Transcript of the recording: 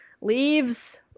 leaves